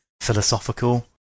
philosophical